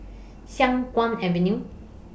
Siang Kuang Avenue